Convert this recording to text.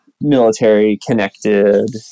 military-connected